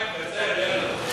חיים, קצר, יאללה.